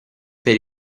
per